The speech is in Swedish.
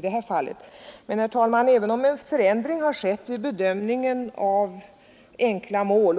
Men, herr talman, även om en förändring har skett vid bedömningen av enkla mål,